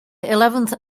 eleventh